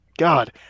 God